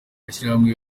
mashyirahamwe